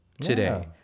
today